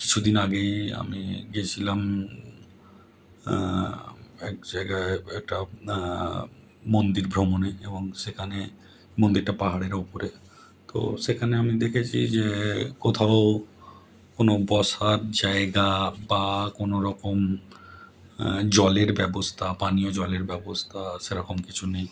কিছু দিন আগেই আমি গিয়েছিলাম এক জায়গায় একটা মন্দির ভ্রমণে এবং সেখানে মন্দিরটা পাহাড়ের উপরে তো সেখানে আমি দেখেছি যে কোথাও কোনো বসার জায়গা বা কোনো রকম জলের ব্যবস্থা পানীয় জলের ব্যবস্থা সেরকম কিছু নেই